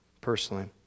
personally